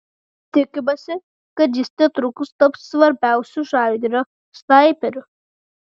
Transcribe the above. tikimasi kad jis netrukus taps svarbiausiu žalgirio snaiperiu